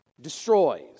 destroys